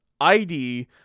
ID